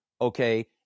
okay